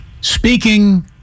Speaking